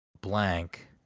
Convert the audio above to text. Blank